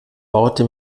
orte